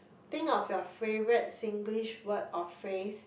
think of your favourite Singlish word or phrase